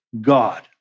God